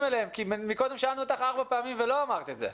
אליהן כי קודם שאלנו אותך ארבע פעמים ולא אמרת את זה.